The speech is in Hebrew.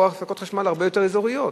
או הפסקות חשמל הרבה יותר אזוריות,